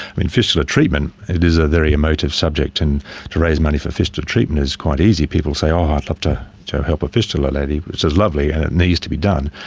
fistula treatment, it is a very emotive subject and to raise money for fistula treatment is quite easy, people say, i'd um ah love to to help a fistula lady which is lovely and it needs to be done,